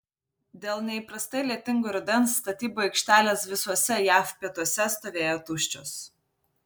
dėl neįprastai lietingo rudens statybų aikštelės visuose jav pietuose stovėjo tuščios